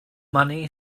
money